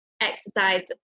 exercise